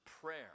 prayer